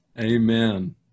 Amen